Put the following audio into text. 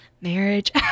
marriage